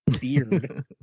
beard